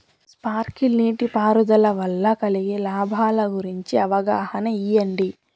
Sprinkle నీటిపారుదల వల్ల కలిగే లాభాల గురించి అవగాహన ఇయ్యడం?